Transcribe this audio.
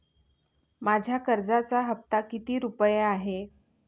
माझ्या कर्जाचा हफ्ता किती रुपये आहे?